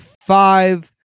five